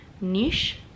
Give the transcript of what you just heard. Niche